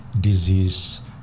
disease